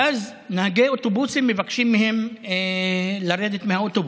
ואז נהגי אוטובוסים מבקשים מהם לרדת מהאוטובוס.